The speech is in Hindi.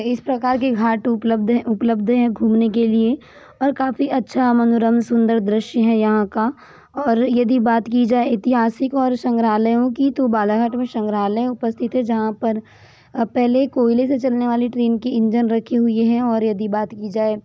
इस प्रकार के घाट उपलब्ध हैं उपलब्ध हैं घूमने के लिए और काफ़ी अच्छा मनोरम सुन्दर दृश्य है यहाँ का और यदि बात की जाए ऐतिहासिक और संग्रहालयों की तो बालाघाट में संग्रहालय उपस्थित हैं जहाँ पर पहले कोयले से चलने वाली ट्रेन की इंजन रखी हुई हैं और यदि बात की जाए